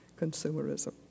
consumerism